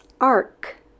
arc